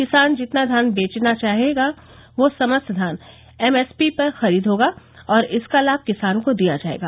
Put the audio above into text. किसान जितना धान बेचना चाहेगा वह समस्त धान एमएसपी पर खरीद होगा और इसका लाभ किसान को दिया जाएगा